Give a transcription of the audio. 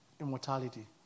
immortality